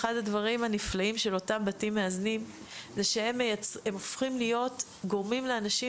אחד הדברים הנפלאים של אותם בתים מאזנים זה שהם גורמים לאנשים